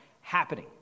happening